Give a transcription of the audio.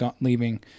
leaving